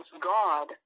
God